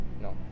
No